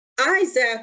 Isaac